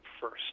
first